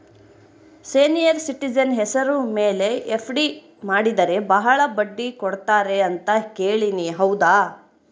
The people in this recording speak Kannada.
ಸೇನಿಯರ್ ಸಿಟಿಜನ್ ಹೆಸರ ಮೇಲೆ ಎಫ್.ಡಿ ಮಾಡಿದರೆ ಬಹಳ ಬಡ್ಡಿ ಕೊಡ್ತಾರೆ ಅಂತಾ ಕೇಳಿನಿ ಹೌದಾ?